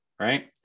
right